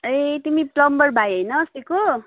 ए तिमी प्लम्बर भाइ होइन अस्तिको